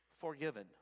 forgiven